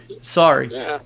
Sorry